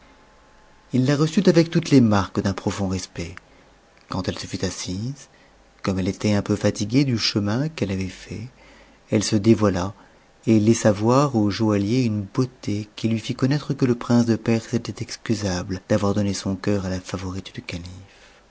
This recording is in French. h la reçut avec toutes les marques d'un profond respect quand elle se fut assise comme elle était un peu fatiguée du chemin qu'elle avait fait che se dévoila et laissa voir au joaillier une beauté qui lui fit connaître tuc le prince de perse était excusable d'avoir donné son cœur à ia favo'te du calife